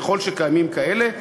ככל שקיימים כאלה,